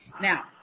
Now